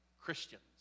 Christians